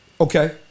Okay